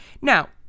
Now